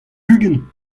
ugent